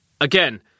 Again